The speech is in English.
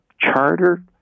Charter